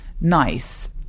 nice